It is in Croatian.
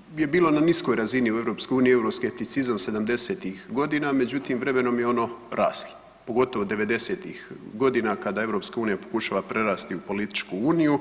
Nepovjerenje je bilo na niskoj razini, euroskepticizam 70-ih godina međutim, vremenom je ono raslo pogotovo 90-ih kada EU pokušava prerasti u političku uniju,